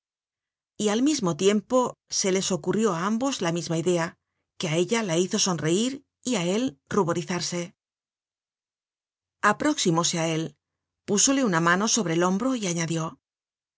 y al mismo tiempo se les ocurrió á ambos la misma idea que á ellala hizo sonreir y á él ruborizarse content from google book search generated at aproximóse á él púsole una mano sobre el hombro y añadió